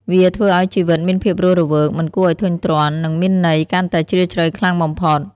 វាធ្វើឱ្យជីវិតមានភាពរស់រវើក មិនគួរឱ្យធុញទ្រាន់ និងមានន័យកាន់តែជ្រាលជ្រៅខ្លាំងបំផុត។